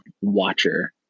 Watcher